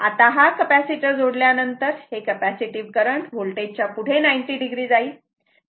आता हा कपॅसिटर जोडल्यानंतर हे कपॅसिटीव करंट व्होल्टेज च्या पुढे 90 o जाईल